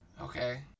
Okay